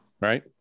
Right